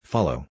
Follow